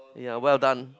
ya well done